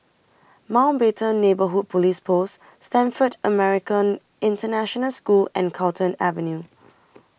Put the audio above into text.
Mountbatten Neighbourhood Police Post Stamford American International School and Carlton Avenue